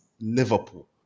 Liverpool